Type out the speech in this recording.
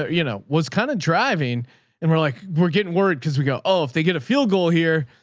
you know, what's kind of driving and we're like, we're getting worried. cause we go, oh, if they get a field goal here,